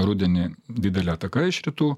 rudenį didelė ataka iš rytų